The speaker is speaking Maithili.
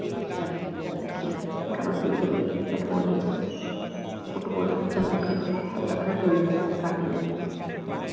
चल चल देखिहेँ कबड्डी खेलै छै बैट बाल होइ छै फुटबॉल चल देखय लए सभ देखय लए चलि जाइ छै देखय खातिर लए